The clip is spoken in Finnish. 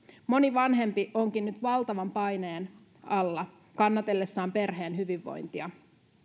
moni vanhempi onkin nyt valtavan paineen alla kannatellessaan perheen hyvinvointia